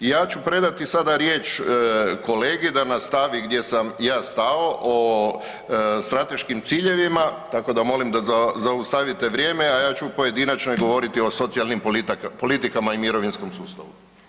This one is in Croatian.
I ja ću predati sada riječ kolegi da nastavi gdje sam ja stao o strateškim ciljevima, tako da molim da zaustavite vrijeme, a ja ću u pojedinačnoj govoriti o socijalnim politikama i mirovinskom sustavu.